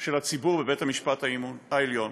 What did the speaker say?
של הציבור בבית המשפט העליון.